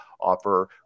offer